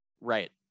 Right